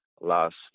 last